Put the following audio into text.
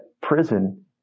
prison